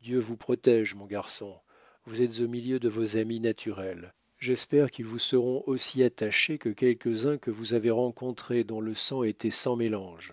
dieu vous protège mon garçon vous êtes au milieu de vos amis naturels j'espère qu'ils vous seront aussi attachés que quelques-uns que vous avez rencontrés dont le sang était sans mélange